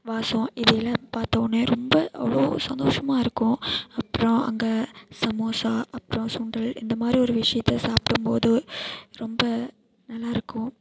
வாசம் இதையெல்லாம் பார்த்தோன்னே ரொம்ப அவ்வளோ சந்தோஷமாக இருக்கும் அப்புறம் அங்கே சமோசா அப்புறம் சுண்டல் இந்த மாதிரி ஒரு விஷயத்தை சாப்பிடும்போது ரொம்ப நல்லாயிருக்கும்